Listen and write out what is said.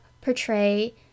portray